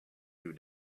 you